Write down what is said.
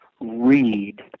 read